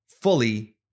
fully